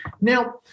Now